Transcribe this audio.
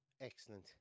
Excellent